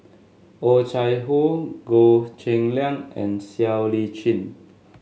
Oh Chai Hoo Goh Cheng Liang and Siow Lee Chin